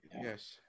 yes